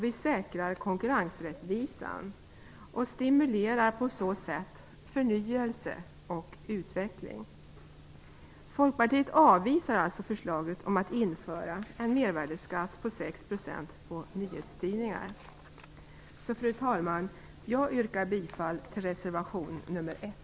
Vi säkrar också konkurrensrättvisan och stimulerar därmed förnyelse och utveckling. Folkpartiet avvisar alltså förslaget om att införa Fru talman! Jag yrkar bifall till reservation nr 1.